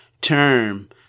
term